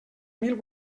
mil